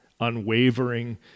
unwavering